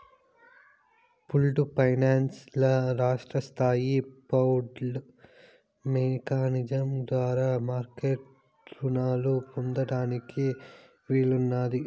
pooled finance ల రాష్ట్రస్తాయి pooled mechanism ద్వారా మార్మెట్ రునాలు పొందేదానికి వీలున్నాది